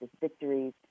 victories